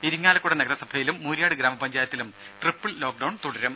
ഇരിങ്ങാലക്കുട നഗരസഭയിലും മുരിയാട് ഗ്രാമപഞ്ചായത്തിലും triple lockdown തുടരും